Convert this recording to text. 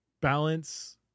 balance